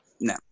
no